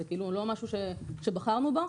זה לא משהו שבחרנו בו,